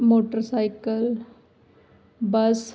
motorcycle bus